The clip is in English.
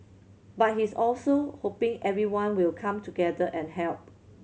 but he's also hoping everyone will come together and help